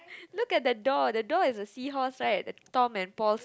look at the door the door is a seahorse right the tom and paul's